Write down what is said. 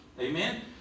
Amen